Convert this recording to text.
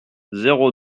zéro